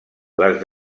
les